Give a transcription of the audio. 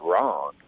wrong